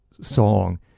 song